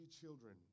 children